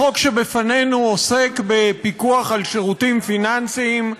החוק שבפנינו עוסק בפיקוח על שירותים פיננסיים,